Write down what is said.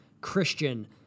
Christian